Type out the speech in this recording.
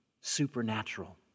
supernatural